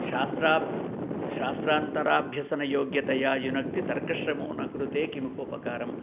शास्त्राब् शास्त्रान्तराभ्यसनयोग्यतया युनक्ति तर्कश्रमो न कुरुते किमुपोपकारं